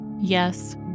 Yes